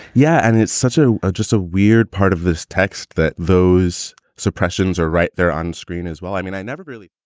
yeah and it's such ah a just a weird part of this text that those suppressions are right there on screen as well. i mean i never really